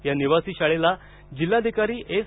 या निवासी शाळेला जिल्हाधिकारी एस